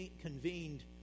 convened